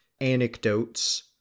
anecdotes